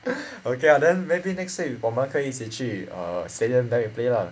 okay ah then maybe next week 我们可以一起去 err stadium then we play lah